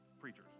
preachers